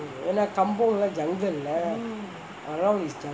ஏன்னா:yennaa kampung லாம்:lam jungle லே:lae around is jungle lah